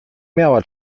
miała